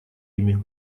ими